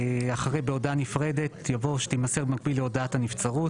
אחרי 'בהודעה נפרדת' יבוא 'שתימסר במקביל להודעת הנבצרות'.